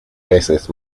veces